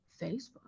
Facebook